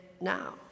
now